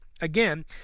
Again